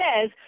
says